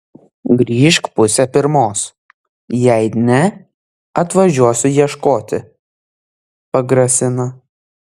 grįžk pusę pirmos jei ne atvažiuosiu ieškoti pagrasina